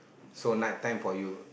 so night time for you